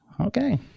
Okay